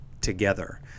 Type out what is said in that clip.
together